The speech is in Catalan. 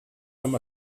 amb